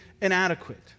inadequate